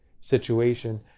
situation